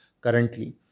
currently